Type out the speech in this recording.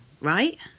right